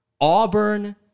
Auburn